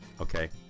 Okay